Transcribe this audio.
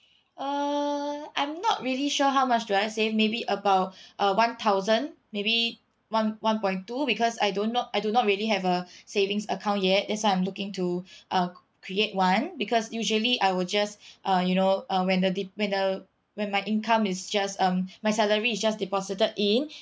uh I'm not really sure how much do I save maybe about uh one thousand maybe one one point two because I do not I do not really have a savings account yet that's why I'm looking to uh create one because usually I will just uh you know uh when the dep~ when the when my income is just um my salary is just deposited in